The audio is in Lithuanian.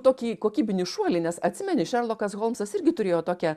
tokį kokybinį šuolį nes atsimeni šerlokas holmsas irgi turėjo tokią